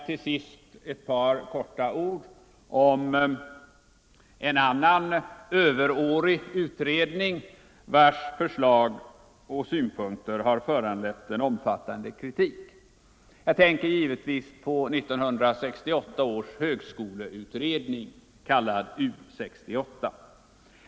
Till sist ett par ord om en annan överårig utredning, vars förslag och synpunkter har föranlett en omfattande kritik — jag tänker givetvis på 1968 års utbildningsutredning, kallad U 68.